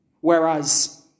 Whereas